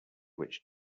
which